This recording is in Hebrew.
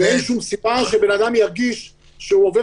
אין שום סיבה שבן אדם ירגיש שהוא עובר